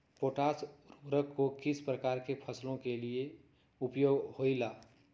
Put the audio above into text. Potash उर्वरक को किस प्रकार के फसलों के लिए उपयोग होईला?